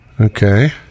Okay